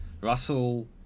Russell